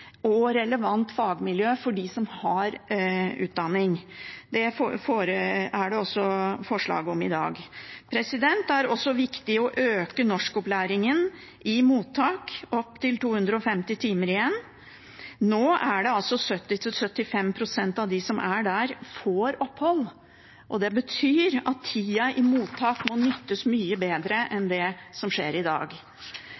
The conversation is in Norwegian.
Det er det også forslag om i dag. Det er også viktig å øke norskopplæringen i mottak til 250 timer igjen. Nå er det slik at 70–75 pst. av dem som er der, får opphold, og det betyr at tida i mottak må benyttes mye bedre enn i dag. Det er foreslått fra regjeringen at man skal innføre noe de kaller en